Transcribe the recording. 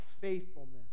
faithfulness